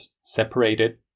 separated